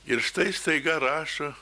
ir štai staiga rašo